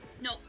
No